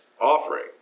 offering